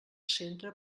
centre